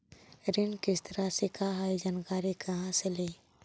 ऋण किस्त रासि का हई जानकारी कहाँ से ली?